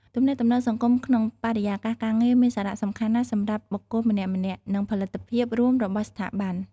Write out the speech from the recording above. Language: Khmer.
ទំនាក់ទំនងសង្គមក្នុងបរិយាកាសការងារមានសារៈសំខាន់ណាស់សម្រាប់បុគ្គលម្នាក់ៗ និងផលិតភាពរួមរបស់ស្ថាប័ន។